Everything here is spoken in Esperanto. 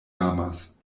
amas